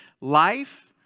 Life